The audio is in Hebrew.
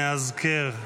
נאזכר.